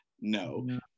no